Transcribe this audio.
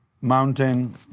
mountain